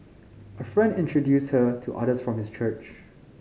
a friend introduced her to others from his church